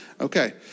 Okay